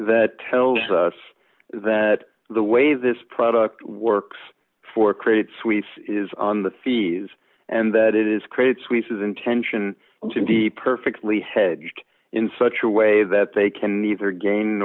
that tells us that the way this product works for credit suisse is on the fees and that it is credit suisse is intention to be perfectly hedged in such a way that they can neither ga